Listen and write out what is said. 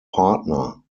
partner